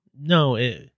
No